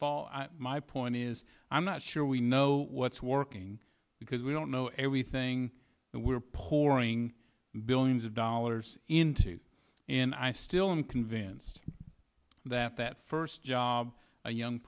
fault my point is i'm not sure we know what's working because we don't know everything that we're pouring billions of dollars into and i still am convinced that that first job a young